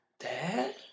Dad